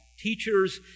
teachers